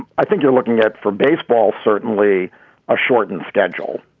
i think you're looking at for baseball, certainly a shortened schedule,